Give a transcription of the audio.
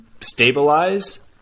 stabilize